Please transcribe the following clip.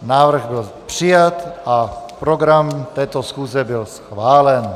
Návrh byl přijat a program této schůze byl schválen.